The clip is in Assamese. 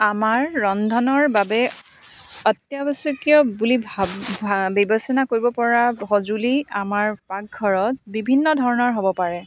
আমাৰ ৰন্ধনৰ বাবে অত্যাৱশ্যকীয় বুলি ভাবি বিবেচনা কৰিব পৰা সজুলি আমাৰ পাকঘৰত বিভিন্ন ধৰণৰ হ'ব পাৰে